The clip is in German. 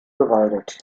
bewaldet